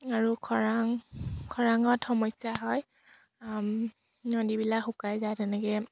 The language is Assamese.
আৰু খৰাং খৰাঙত সমস্যা হয় নদীবিলাক শুকাই যায় তেনেকৈ